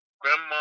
grandma